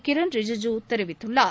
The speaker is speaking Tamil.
கிரண் ரிஜிஜு தெரிவித்துள்ளார்